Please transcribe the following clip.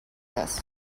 this